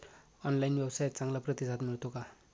Online व्यवसायात चांगला प्रतिसाद मिळतो का?